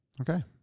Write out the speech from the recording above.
Okay